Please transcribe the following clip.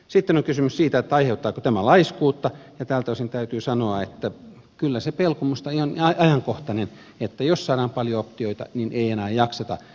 sitten on kysymys siitä aiheuttaako tämä laiskuutta ja tältä osin täytyy sanoa että kyllä se pelko minusta on ihan ajankohtainen että jos saadaan paljon optioita niin ei enää jakseta